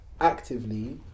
Actively